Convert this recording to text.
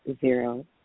zero